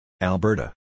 Alberta